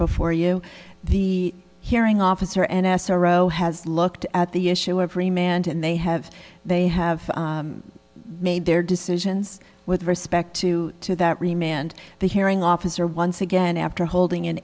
before you the hearing officer and s r o has looked at the issue every man and they have they have made their decisions with respect to two that remained the hearing officer once again after holding